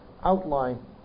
outline